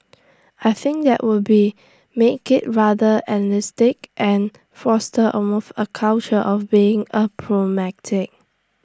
I think that would be make IT rather elitistic and foster almost A culture of being A pragmatic